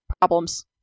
problems